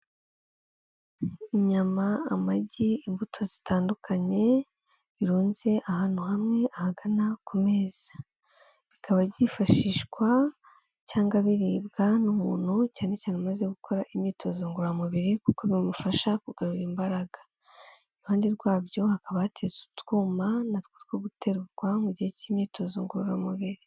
Inyama, amagi, imbuto zitandukanye birunze ahantu hamwe ahagana ku meza, bikaba byifashishwa cyangwa biribwa n'umuntu cyane cyane umaze gukora imyitozo ngororamubiri kuko bimufasha kugarura imbaraga. Iruhande rwa byo hakaba hateza utwuma natwo two guterwa mu gihe cy'imyitozo ngororamubiri.